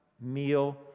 meal